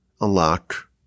unlock